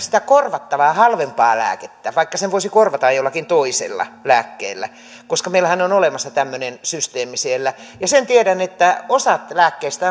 sitä korvattavaa halvempaa lääkettä vaikka sen voisi korvata jollakin toisella lääkkeellä koska meillähän on olemassa tämmöinen systeemi siellä ja sen tiedän että osa lääkkeistä